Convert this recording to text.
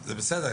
זה בסדר.